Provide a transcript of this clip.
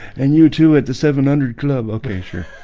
and you two at the seven hundred club location?